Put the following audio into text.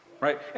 Right